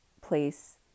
place